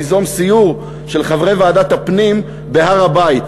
ליזום סיור של חברי ועדת הפנים בהר-הבית,